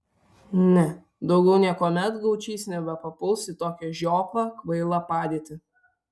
ne daugiau niekuomet gaučys nebepapuls į tokią žioplą kvailą padėtį